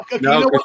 no